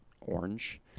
orange